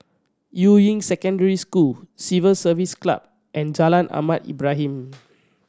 Yuying Secondary School Civil Service Club and Jalan Ahmad Ibrahim